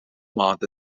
maand